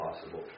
possible